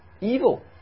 evil